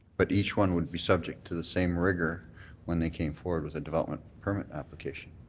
but each one would be subject to the same rigor when they came forward with a development permit application?